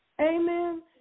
Amen